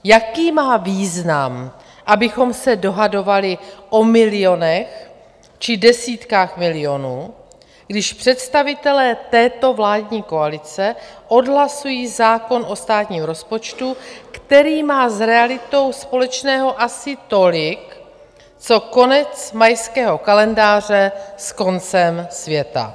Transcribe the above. Jaký má význam, abychom se dohadovali o milionech či desítkách milionů, když představitelé této vládní koalice odhlasují zákon o státním rozpočtu, který má s realitou společného asi tolik, co konec mayského kalendáře s koncem světa?